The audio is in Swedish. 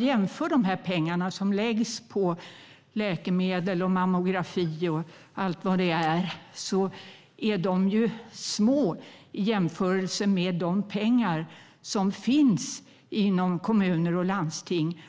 De pengar som läggs på läkemedel, mammografi och annat är små i jämförelse med de pengar som används på fel sätt inom kommuner och landsting.